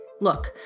Look